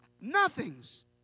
nothings